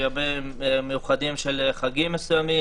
ימים מיוחדים וחגים מסוימים,